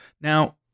Now